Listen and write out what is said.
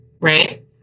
Right